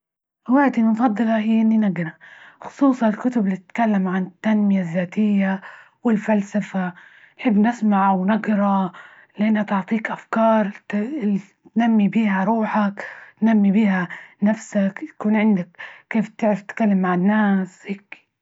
هوايتي المفضلة هي إني نجرأ، خصوصا الكتب اللي تتكلم عن التنمية الذاتية والفلسفة، نحب نسمع ونجرا لأنها تعطيك أفكار ت تنمي بيها روحك، تنمي بيها نفسك، يكون عندك، كيف تعرف تتكلم مع الناس هيكي؟